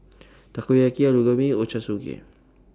Takoyaki Alu Gobi Ochazuke